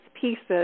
pieces